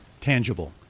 tangible